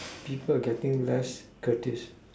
people getting less courtesy